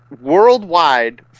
worldwide